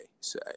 say